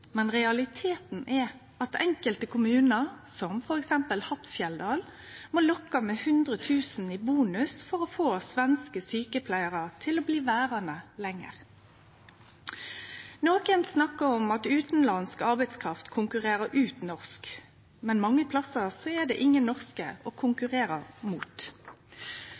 men realiteten er at enkelte kommunar, som f.eks. Hattfjelldal, må lokke med 100 000 i bonus for å få svenske sjukepleiarar til å bli verande lenger. Nokre snakkar om at utanlandsk arbeidskraft konkurrerer ut den norske, men mange plassar er det ingen norske å konkurrere mot.